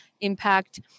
impact